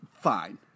fine